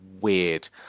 weird